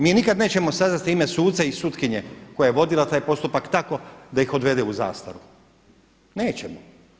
Mi nikada nećemo saznati ime suca i sutkinje koja je vodila taj postupak tako da ih odvede u zastaru, nećemo.